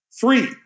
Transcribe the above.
Three